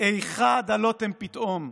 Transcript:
"איכה דלותם פתאום,